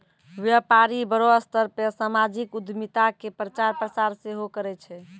व्यपारी बड़ो स्तर पे समाजिक उद्यमिता के प्रचार प्रसार सेहो करै छै